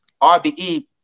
RBE